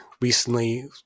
recently